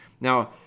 Now